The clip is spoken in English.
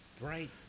Right